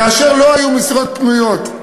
כאשר לא היו משרות פנויות,